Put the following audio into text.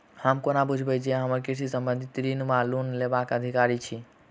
हम कोना बुझबै जे हम कृषि संबंधित ऋण वा लोन लेबाक अधिकारी छी?